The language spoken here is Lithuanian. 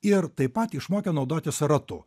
ir taip pat išmokė naudotis ratu